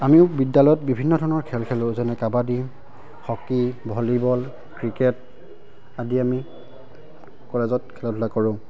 আমি বিদ্যালয়ত বিভিন্ন ধৰণৰ খেল খেলোঁ যেনে কাবাডী হকী ভলীবল ক্ৰিকেট আদি আমি কলেজত খেলা ধূলা কৰোঁ